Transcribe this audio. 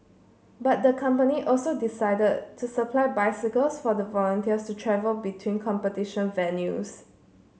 but the company also decided to supply bicycles for the volunteers to travel between competition venues